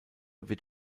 wird